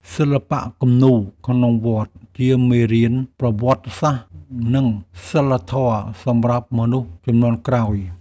សិល្បៈគំនូរក្នុងវត្ត ជាមេរៀនប្រវត្តិសាស្ត្រ និងសីលធម៌សម្រាប់មនុស្សជំនាន់ក្រោយ។